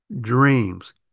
dreams